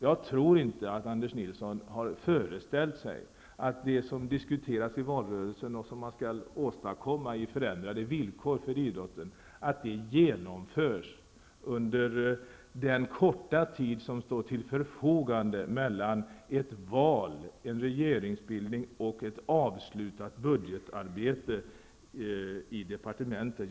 Jag tror inte att Anders Nilsson har föreställt sig att det som diskuterats i valrörelsen och som man skall åstadkomma när det gäller förändrade villkor för idrotten genomförs under den korta tid som står till förfogande mellan ett val, en regeringsbildning, och ett avslutat budgetarbete i departementet.